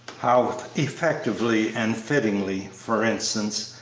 how effectively and fittingly, for instance,